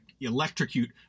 electrocute